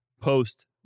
post